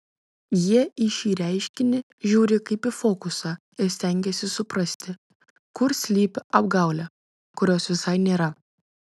jie į šį reiškinį žiūri kaip į fokusą ir stengiasi suprasti kur slypi apgaulė kurios visai nėra